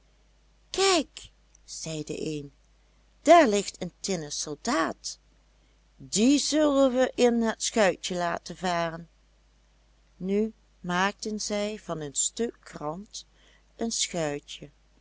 kijk zei de een daar ligt een tinnen soldaat dien zullen we in het schuitje laten varen nu maakten zij van een stuk krant een schuitje